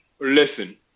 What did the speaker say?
Listen